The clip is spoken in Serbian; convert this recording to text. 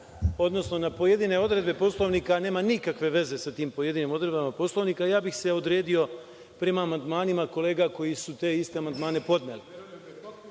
odnosno na pojedine odredbe Poslovnika, a nema nikakve veze sa tim pojedinim odredbama Poslovnika, ja bih se odredio prema amandmanima kolega koji su te iste amandmane podneli. Ovo